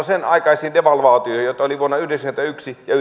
sen aikaisten devalvaatioiden joita oli vuonna yhdeksänkymmentäyksi ja